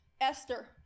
Esther